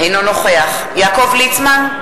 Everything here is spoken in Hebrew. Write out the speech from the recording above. אינו נוכח יעקב ליצמן,